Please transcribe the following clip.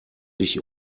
sich